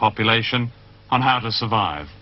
population on how to survive